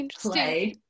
play